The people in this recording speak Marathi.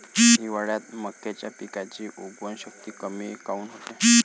हिवाळ्यात मक्याच्या पिकाची उगवन शक्ती कमी काऊन होते?